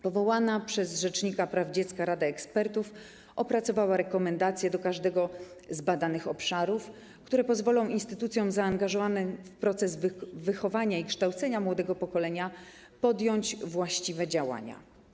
Powołana przez rzecznika praw dziecka rada ekspertów opracowała rekomendacje dla każdego z badanych obszarów, które pozwolą instytucjom zaangażowanym w proces wychowania i kształcenia młodego pokolenia podjąć właściwe działania.